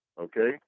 Okay